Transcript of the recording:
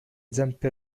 zampe